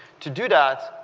to do that,